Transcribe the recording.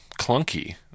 clunky